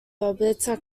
alberta